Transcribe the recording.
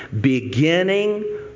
beginning